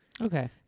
Okay